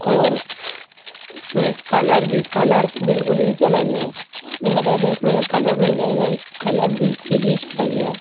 اور اس میں کلر بھی کلر تو بالکل ہی چلا گیا ہے آپ نے بتایا تھا اس میں کا کلر نہیں جائے گا یہ کلر بالکل ہی چلا گیا ہے